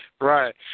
Right